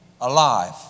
alive